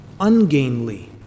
ungainly